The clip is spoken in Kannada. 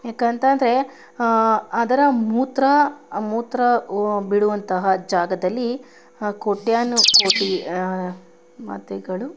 ಏಕಂತಂದ್ರೆ ಅದರ ಮೂತ್ರ ಮೂತ್ರ ಬಿಡುವಂತಹ ಜಾಗದಲ್ಲಿ ಆ ಕೋಟ್ಯಾನು ಕೋಟಿ ಮಾತೆಗಳು